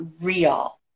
real